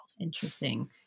Interesting